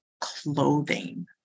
clothing